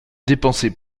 dépensez